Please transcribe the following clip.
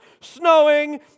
snowing